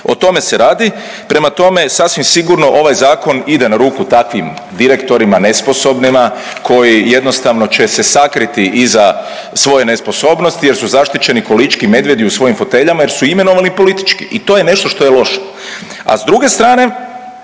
o tome se radi. Prema tome, sasvim sigurno ovaj zakon ide na ruku takvim direktorima nesposobnima koji jednostavno će se sakriti iza svoje nesposobnosti jer su zaštićeni ko lički medvjedi u svojim foteljama jer su imenovani politički i to je nešto što je loše.